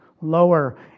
lower